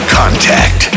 Contact